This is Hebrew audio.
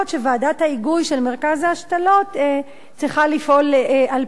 ההיגוי של מרכז ההשתלות צריכה לפעול על-פיהן.